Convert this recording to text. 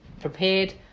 prepared